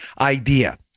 idea